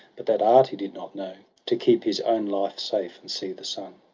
but that art he did not know. to keep his own life safe, and see the sun.